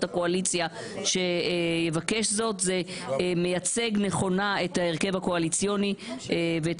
הקואליציה שיבקש זאת זה מייצג נכונה את ההרכב הקואליציוני ואת